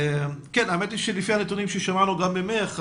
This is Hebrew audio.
האמת היא שלפי הנתונים ששמענו גם ממך,